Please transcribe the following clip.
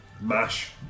mash